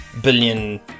billion